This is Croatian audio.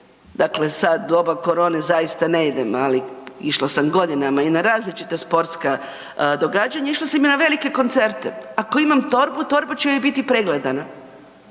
dakle sad u doba korone zaista ne idem, ali išla sam godinama i na različita sportska događanja, išla sam i na velike koncerte, ako imam torbu, torba će mi biti pregledana.